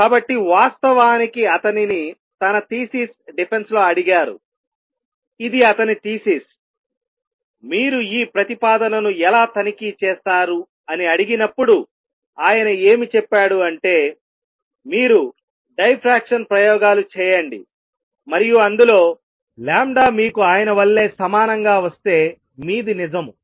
కాబట్టి వాస్తవానికి అతనిని తన థీసిస్ డిఫెన్స్లో అడిగారు ఇది అతని థీసిస్ మీరు ఈ ప్రతిపాదనను ఎలా తనిఖీ చేస్తారు అని అడిగినప్పుడు ఆయన ఏమి చెప్పాడు అంటే మీరు డైఫ్రాక్షన్ ప్రయోగాలు చేయండి మరియు అందులో మీకు ఆయనవల్లే సమానంగా వస్తే మీది నిజము